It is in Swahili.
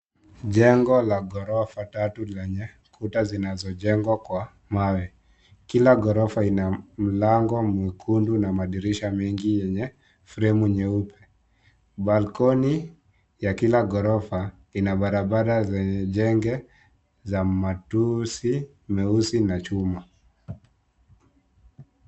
Jengo la ghorofa tatu lenye kuta zinazojengwa Kwa mawe, kilan ghorofa ina milango mwekundu na madirisha mengi yenye fremu nyeupe. Balkoni ya kila ghorofa ina barabara zenye jenge za matusi meusi na chuma.